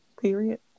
period